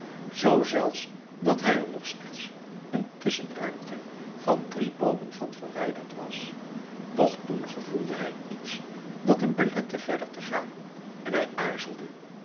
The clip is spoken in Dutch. zoo zelfs dat hij er nog slechts een tusschenruimte van drie boomen van verwijderd was doch toen gevoelde hij iets dat hem belette verder te gaan en hij aarzelde